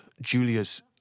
Julia's